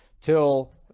till